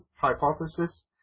Hypothesis